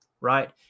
right